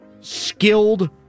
skilled